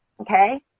okay